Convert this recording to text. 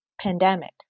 pandemic